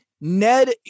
Ned